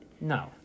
No